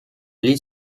liet